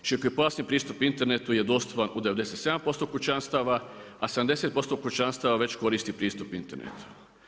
Širokopojasni pristup internetu je dostupan u 97% kućanstava, a 70% kućanstva već koristi pristup internetu.